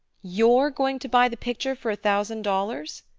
you're going to buy the picture for a thousand dollars?